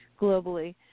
globally